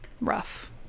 rough